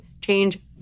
change